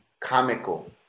comical